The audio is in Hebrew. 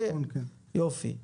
יופי.